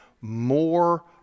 more